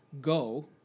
go